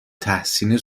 تحسین